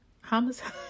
homicide